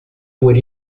por